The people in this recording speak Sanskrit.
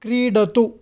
क्रीडतु